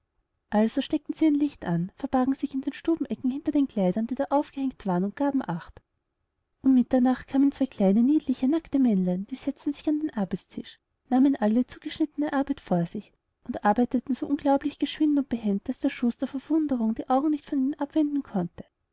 also steckten sie ein licht an verbargen sich in den stubenecken hinter die kleider die da aufgehängt waren und gaben acht um mitternacht kamen zwei kleine niedliche nackte männlein die setzten sich an den arbeitstisch nahmen alle zugeschnittene arbeit vor sich und arbeiteten so unglaublich geschwind und behend daß der schuster vor verwunderung die augen nicht von ihnen abwenden konnte